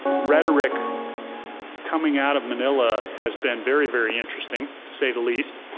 rhetoric coming out of manila has been very, very interesting, to say the least.